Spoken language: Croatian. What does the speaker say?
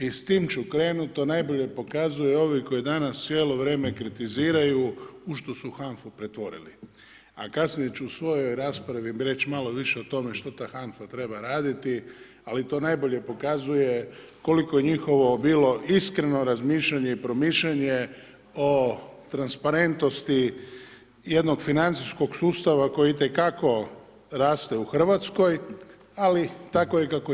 I s time ću krenuti, to najbolje pokazuje ovi koji danas cijelo vrijeme kritiziraju u što su HANFA-u pretvorili a kasnije ću u svojoj raspravi reći malo više o tome što ta HANF-a treba raditi ali to najbolje pokazuje koliko je njihovo bilo iskreno razmišljanje i promišljanje o transparentnosti jednog financijskog sustava koji itekako raste u Hrvatskoj ali tako je kako je.